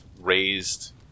raised